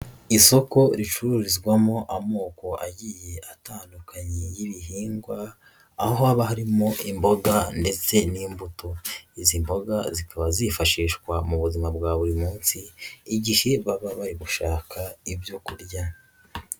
Isoko ricururizwamo amoko agiye atandukanye y'ibihingwa aho haba harimo imboga ndetse n'imbuto, izi mboga zikaba zifashishwa mu buzima bwa buri munsi igihe baba bari gushaka ibyo kurya.